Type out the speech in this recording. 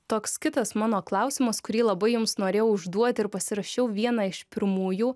toks kitas mano klausimas kurį labai jums norėjau užduoti ir pasirašiau vieną iš pirmųjų